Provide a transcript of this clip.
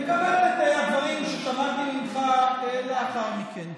אני מקבל את הדברים ששמעתי ממך לאחר מכן.